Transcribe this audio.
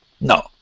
No